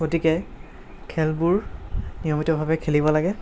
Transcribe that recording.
গতিকে খেলবোৰ নিয়মিতভাৱে খেলিব লাগে